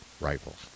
rifles